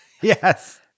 Yes